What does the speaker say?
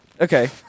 Okay